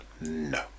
No